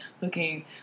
looking